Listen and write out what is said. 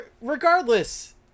Regardless